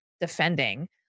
defending